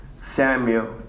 Samuel